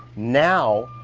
now,